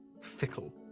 fickle